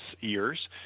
years